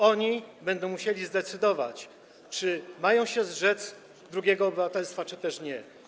Oni będą musieli zdecydować, czy mają się zrzec drugiego obywatelstwa, czy też nie.